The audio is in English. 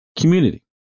Community